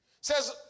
says